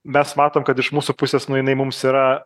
mes matom kad iš mūsų pusės nu jinai mums yra